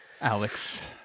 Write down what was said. alex